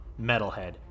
metalhead